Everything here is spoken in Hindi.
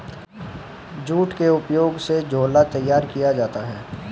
जूट के उपयोग से झोला तैयार किया जाता है